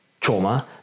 trauma